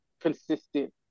consistent